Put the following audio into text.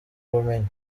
bumenyi